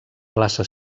plaça